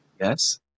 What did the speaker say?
Yes